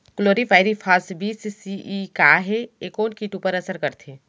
Chlorpyrifos बीस CE का हे अऊ ए कोन किट ऊपर असर करथे?